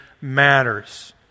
matters